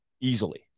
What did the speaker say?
easily